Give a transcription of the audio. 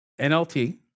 NLT